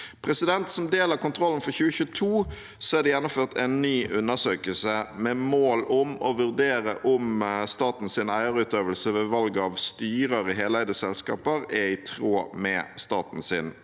resultater. Som del av kontrollen for 2022 er det gjennomført en ny undersøkelse med mål om å vurdere om statens eierutøvelse ved valg av styrer i heleide selskaper er i tråd med statens eierpolitikk.